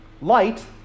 light